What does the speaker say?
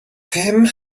him